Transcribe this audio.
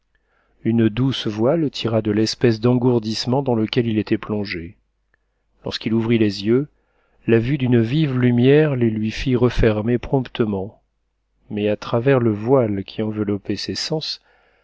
une douce voix le tira de l'espèce d'engourdissement dans lequel il était plongé lorsqu'il ouvrit les yeux la vue d'une vive lumière les lui fit refermer promptement mais à travers le voile qui enveloppait ses sens